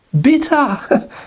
bitter